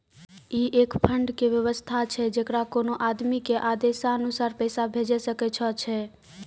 ई एक फंड के वयवस्था छै जैकरा कोनो आदमी के आदेशानुसार पैसा भेजै सकै छौ छै?